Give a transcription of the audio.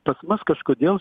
pas mus kažkodėl